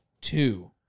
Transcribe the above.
two